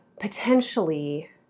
potentially